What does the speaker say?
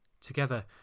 Together